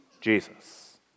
Jesus